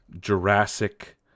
Jurassic